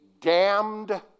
damned